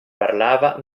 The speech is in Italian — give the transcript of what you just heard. parlava